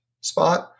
spot